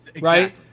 right